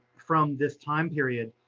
from this time period.